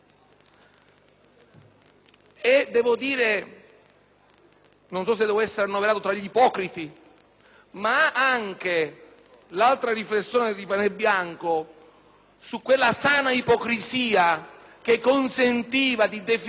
Non so se debba essere annoverato tra gli ipocriti, ma anche la riflessione di Panebianco sulla sana ipocrisia, che consente di definire queste storie all'interno di una